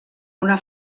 una